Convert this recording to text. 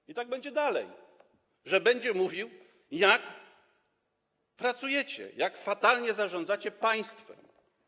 I tak będzie dalej, że będzie mówił, jak pracujecie, jak fatalnie zarządzacie państwem.